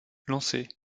lancée